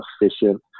efficient